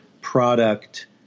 product